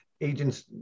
agents